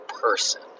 person